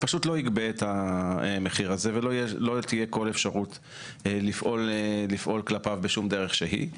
לא יגבה את המחיר הזה ולא תהיה כל אפשרות לפעול כלפיו בכל דרך שהיא.